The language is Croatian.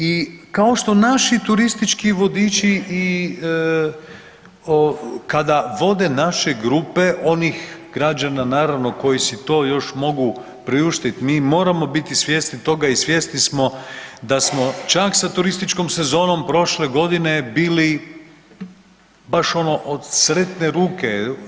I kao što naši turistički vodiči kada vode naše grupe onih građana naravno koji si to još mogu priuštit mi moramo biti svjesni toga i svjesni smo da smo čak sa turističkom sezonom prošle godine bili baš ono od sretne ruke.